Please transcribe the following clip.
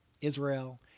Israel